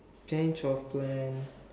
change of plan